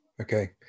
okay